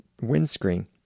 windscreen